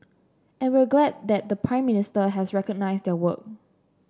and we're glad that the Prime Minister has recognised their work